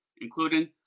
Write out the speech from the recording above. including